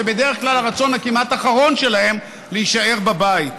זה בדרך כלל הרצון הכמעט-אחרון שלהם, להישאר בבית,